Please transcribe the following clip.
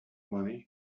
money